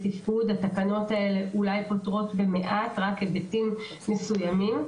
והתקנות האלה אולי פותרות במעט היבטים מסוימים.